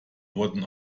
wurden